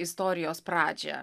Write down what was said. istorijos pradžią